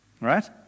right